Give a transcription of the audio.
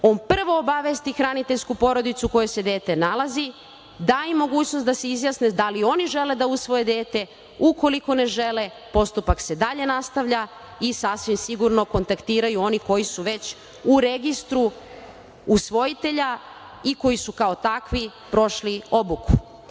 on prvo obavesti hraniteljsku porodicu u kojoj se dete nalazi, da im mogućnost da se izjasne da li oni žele da usvoje dete. Ukoliko ne žele, postupak se dalje nastavlja i sasvim sigurno kontaktiraju oni koji su već u registru usvojitelja i koji su kao takvi prošli obuku. Svako